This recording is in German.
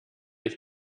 ich